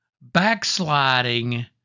backsliding